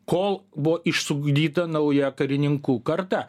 kol buvo išugdyta nauja karininkų karta